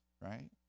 Right